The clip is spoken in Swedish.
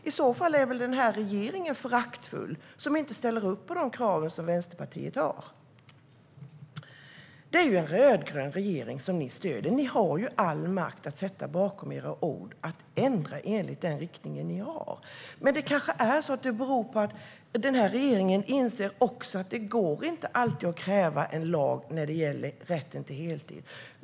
I så fall är väl regeringen föraktfull som inte ställer upp på Vänsterpartiets krav. Det är ju en rödgrön regering som ni stöder. Ni har all makt att sätta bakom era ord och ändra enligt er riktning. Men det kanske beror på att regeringen också inser att det inte går att kräva en lag om rätten till heltid.